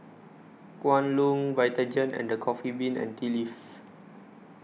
Kwan Loong Vitagen and The Coffee Bean and Tea Leaf